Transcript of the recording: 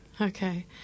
Okay